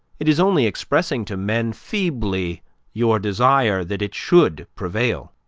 it is only expressing to men feebly your desire that it should prevail.